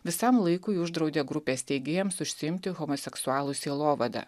visam laikui uždraudė grupės steigėjams užsiimti homoseksualų sielovada